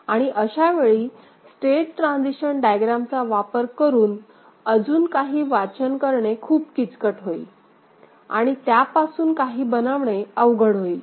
आणि अशावेळी state transition डायग्रॅमचा वापर करून अजून काही वाचन करणे खूप किचकट होईल आणि त्यापासून काही बनवणे अवघड होईल